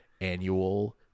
annual